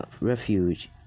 Refuge